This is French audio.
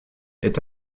est